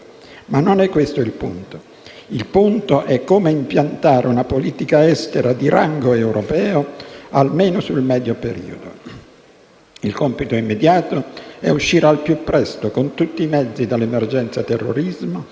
Ma non è questo il punto. Il punto è come impiantare una politica estera di rango europeo, almeno sul medio periodo. Il compito immediato è uscire al più presto, con tutti i mezzi, dall'emergenza terrorismo,